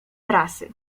prasy